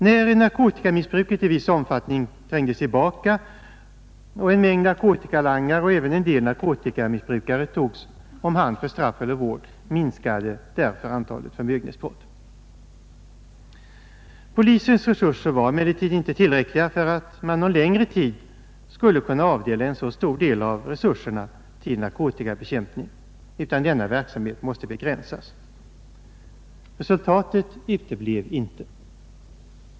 När narkotikamissbruket i viss omfattning trängdes tillbaka och en mängd narkotikalangare och även en del narkotikamissbrukare togs om hand för straff eller vård, minskade därför antalet förmögenhetsbrott. Polisens resurser var emellertid inte tillräckliga för att man någon längre tid skulle kunna avdela en så stor del av resurserna till narkotikabekämpning, utan denna verksamhet måste begränsas, Resultatet uteblev inte.